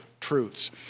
truths